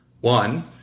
One